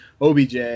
OBJ